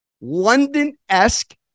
London-esque